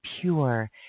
pure